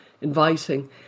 inviting